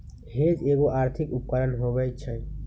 hedge एगो आर्थिक उपकरण होइ छइ